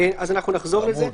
נחזור לזה.